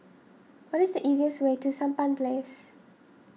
what is the easiest way to Sampan Place